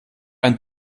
ein